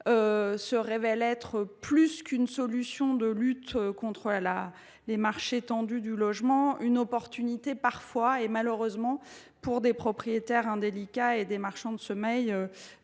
se révèle, plus qu’une solution de lutte contre les marchés tendus du logement, une opportunité pour des propriétaires indélicats et des marchands de sommeil